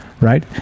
Right